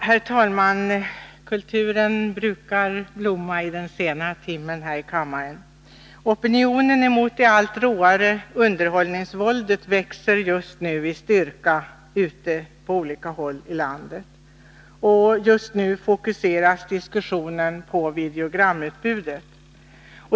Herr talman! Kulturen brukar blomma i den sena timmen här i kammaren. Opinionen mot det allt råare underhållningsvåldet växer i styrka ute i landet. Just nu fokuseras diskussionen på videogramutbudet.